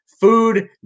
Food